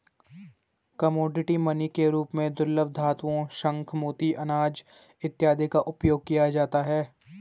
commodity money के रूप में दुर्लभ धातुओं शंख मोती अनाज इत्यादि का उपयोग किया जाता है